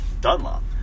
Dunlop